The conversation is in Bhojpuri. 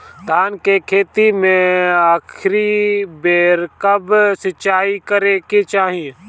धान के खेती मे आखिरी बेर कब सिचाई करे के चाही?